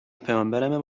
پیامبرمم